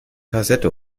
kassette